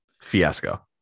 fiasco